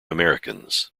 americans